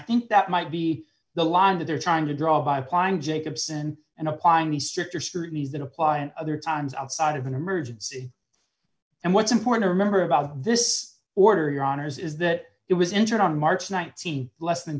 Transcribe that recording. think that might be the line that they're trying to draw by applying jacobson and applying the stricter scrutiny that apply in other towns outside of an emergency and what's important to remember about this order your honour's is that it was entered on march th less than